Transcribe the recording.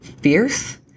fierce